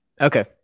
Okay